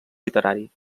literari